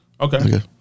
Okay